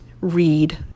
read